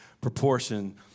proportion